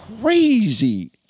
crazy